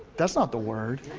that's not the word.